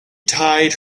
tied